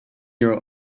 your